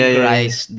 Christ